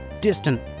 Distant